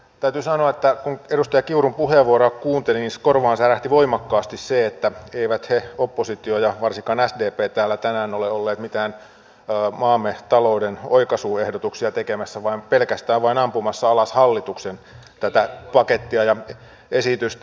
täytyy sanoa että kun edustaja kiurun puheenvuoroa kuunteli niin korvaan särähti voimakkaasti se että eivät he oppositio ja varsinkaan sdp täällä tänään ole olleet mitään maamme talouden oikaisuehdotuksia tekemässä vaan pelkästään vain ampumassa alas tätä hallituksen pakettia ja esitystä